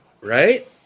Right